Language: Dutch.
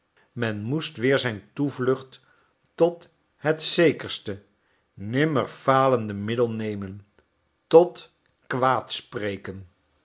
men moest weer zijn toevlucht tot het zekerste nimmer falende middel nemen tot kwaadspreken